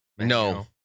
No